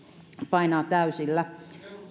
painaa täysillä